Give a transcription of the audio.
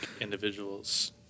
individuals